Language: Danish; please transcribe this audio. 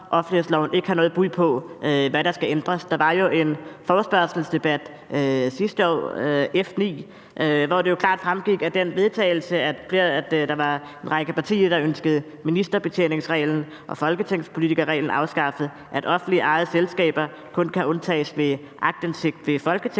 Der var jo en forespørgselsdebat sidste år, F 9, hvor det klart fremgik, at der var en række partier, der ønskede ministerbetjeningsreglen og folketingspolitikerreglen afskaffet, at offentligt ejede selskaber kun kan undtages for aktindsigt ved folketingsbeslutning,